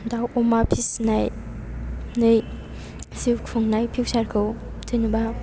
दाउ अमा फिसिनानै जिउ खुंनाय फिउचार खौ जेनेबा